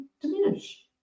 diminish